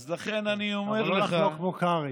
אבל לא לחלוק כמו קרעי.